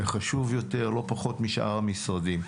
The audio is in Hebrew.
זה חשוב יותר, לא פחות משאר המשרדים.